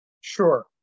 Sure